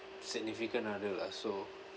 significant other lah so